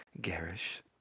garish